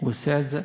הוא עושה את זה.